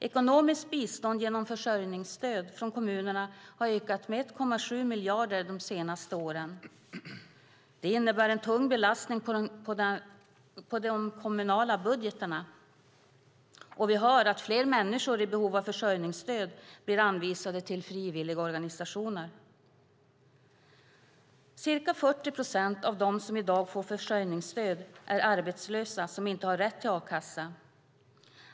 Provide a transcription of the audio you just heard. Ekonomiskt bistånd genom försörjningsstöd från kommunerna har ökat med 1,7 miljarder de senaste åren. Det innebär en tung belastning på de kommunala budgeterna. Och vi hör att fler människor i behov av försörjningsstöd blir hänvisade till frivilligorganisationer. Ca 40 procent av dem som i dag får försörjningsstöd är arbetslösa som inte har rätt till a-kassa.